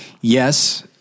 Yes